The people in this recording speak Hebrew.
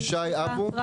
שי אבו.